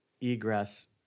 egress